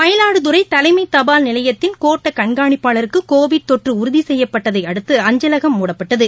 மயிலாடுதுறை தலைமை தபால் நிலையத்தின் கோட்ட கண்காணிப்பாளருக்கு கோவிட் தொற்ற உறுதி செய்யப்பட்டதை அடுத்து அஞ்சலகம் மூடப்பட்டது